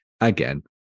again